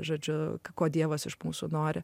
žodžiu ko dievas iš mūsų nori